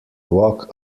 walk